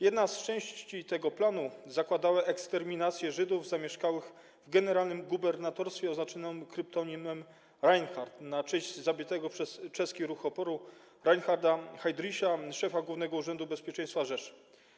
Jedną z części tego planu stanowiła operacja eksterminacji Żydów zamieszkałych w Generalnym Gubernatorstwie oznaczona kryptonimem „Reinhardt” na cześć zabitego przez czeski ruch oporu Reinharda Heydricha, szefa Głównego Urzędu Bezpieczeństwa Rzeszy.